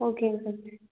ஓகேங்க கோச்